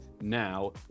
now